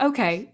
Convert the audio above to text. Okay